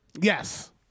yes